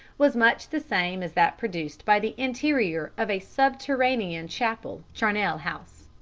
was much the same as that produced by the interior of a subterranean chapel charnel house.